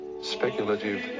speculative